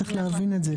צריך להבין את זה.